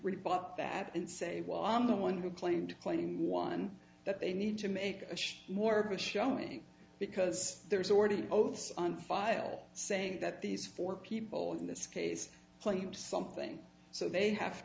rebut that and say well i'm the one who claimed claiming one that they need to make more of a showing because there's already oaths on file saying that these four people in this case played something so they have